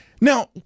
Now